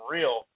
Real